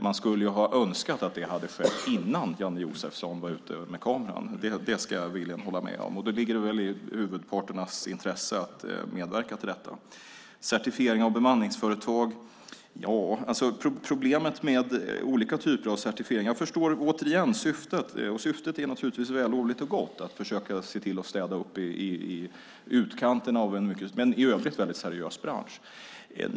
Man skulle ha önskat att det hade skett innan Janne Josefsson var ute med kameran; det ska jag villigt hålla med om. Det ligger i huvudparternas intresse att medverka till detta. Vad gäller certifiering av bemanningsföretag: Jag förstår återigen syftet som är vällovligt och gott, nämligen att försöka städa upp i utkanten av en i övrigt seriös bransch.